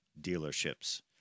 dealerships